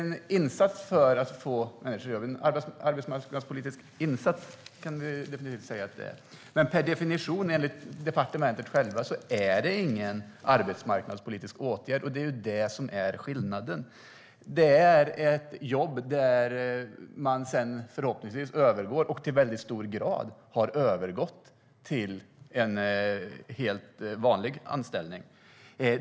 En arbetsmarknadspolitisk insats kan man kanske säga att det är. Per definition, enligt departementet självt, är det dock ingen arbetsmarknadspolitisk åtgärd. Det är det som är skillnaden. Det är ett jobb där man förhoppningsvis övergår till en helt vanlig anställning, vilket i hög grad har skett.